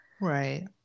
right